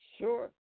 sure